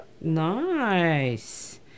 Nice